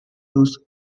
used